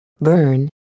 Burn